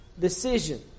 decision